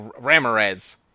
Ramirez